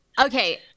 Okay